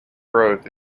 growth